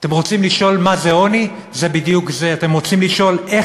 אתם רוצים לשאול מה זה עוני?